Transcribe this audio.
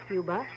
Cuba